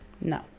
No